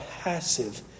passive